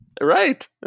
Right